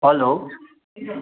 hello